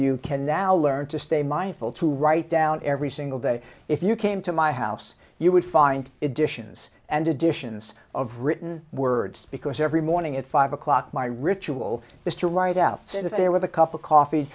you can now learn to stay mindful to write down every single day if you came to my house you would find it dishes and editions of written words because every morning at five o'clock my ritual is to write out sit there with a cup of coffee